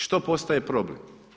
Što postaje problem?